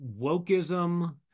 wokeism